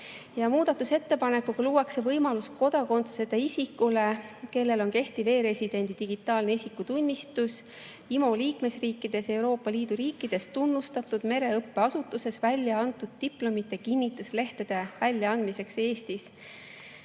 Muudatusettepanekuga luuakse võimalus kodakondsuseta isikule, kellel on kehtiv e‑residendi digitaalne isikutunnistus, IMO liikmesriikides ja Euroopa Liidu riikides tunnustatud mereõppeasutuses väljaantud diplomite kinnituslehtede väljaandmiseks Eestis.